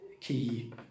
key